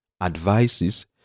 advises